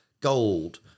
gold